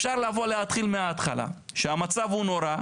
אפשר לבוא להתחיל מהתחלה, שהמצב הוא נורא.